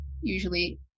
usually